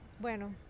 bueno